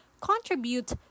contribute